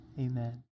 amen